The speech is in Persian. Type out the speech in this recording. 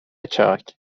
چاک